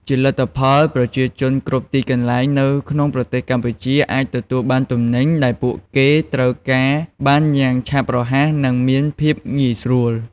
ជាលទ្ធផល ប្រជាជនគ្រប់ទីកន្លែងនៅក្នុងប្រទេសកម្ពុជាអាចទទួលបានទំនិញដែលពួកគេត្រូវការបានយ៉ាងឆាប់រហ័សនិងមានភាពងាយស្រួល។